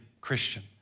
Christian